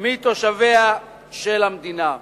מתושביה של המדינה.